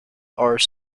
are